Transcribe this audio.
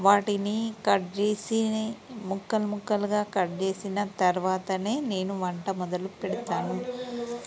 వాటిని కట్ చేసి ముక్కలు ముక్కలుగా కట్ చేసిన తర్వాతనే నేను వంట మొదలు పెడతాను